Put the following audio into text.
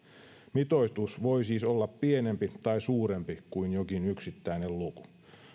mitoitus voi siis olla pienempi tai suurempi kuin jokin yksittäinen luku